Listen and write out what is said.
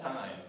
time